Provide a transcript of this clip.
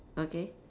okay